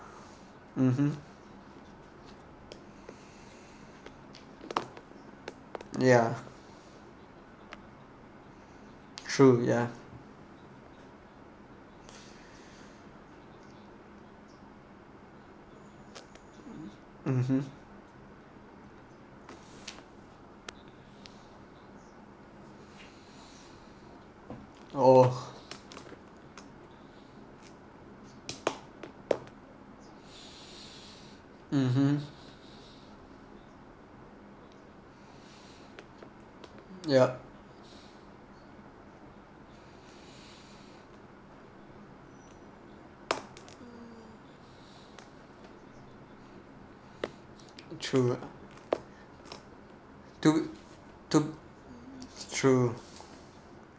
mmhmm ya true ya (uh huh) oh (uh huh) yup true to to true